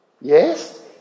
Yes